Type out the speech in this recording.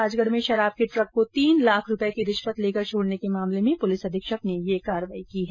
राजगढ़ में शराब के ट्रक को तीन लाख रूपये रिश्वत लेकर छोडने के मामले मेँ पुलिस अधीक्षक ने ये कार्रवाई की है